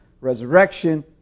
resurrection